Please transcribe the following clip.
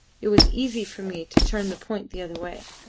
it was easy for me to turn the point the other way,